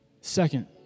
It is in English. Second